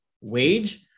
wage